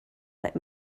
let